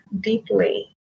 deeply